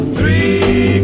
Three